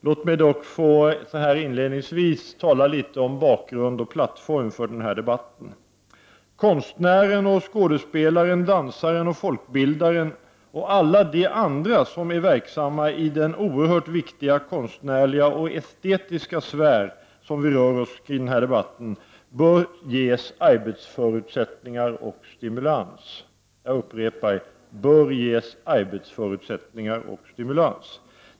Låt mig dock inledningsvis tala litet om bakgrunden och plattformen för debatten. Konstnären, skådespelaren, dansaren, folkbildaren och alla de andra som är verksamma i den oerhört viktiga konstnärliga och estetiska sfär som vi nu rör oss kring i denna debatt bör ges arbetsförutsättningar och stimulans.